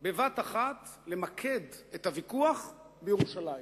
בבת אחת למקד את הוויכוח בירושלים.